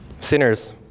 sinners